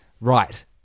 Right